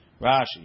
Rashi